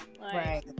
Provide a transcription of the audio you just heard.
Right